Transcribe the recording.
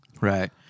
Right